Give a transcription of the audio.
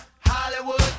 Hollywood